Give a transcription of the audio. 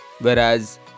whereas